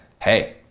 Hey